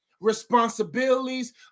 responsibilities